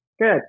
Good